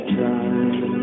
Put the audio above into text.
time